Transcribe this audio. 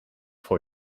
voor